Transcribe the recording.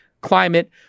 climate